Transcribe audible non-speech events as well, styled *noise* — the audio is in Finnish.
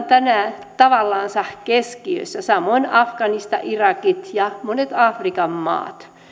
*unintelligible* tänään tavallansa keskiössä samoin afganistan irak ja monet afrikan maat